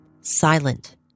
silent